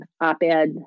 op-ed